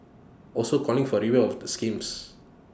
also calling for A review of the schemes